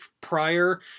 prior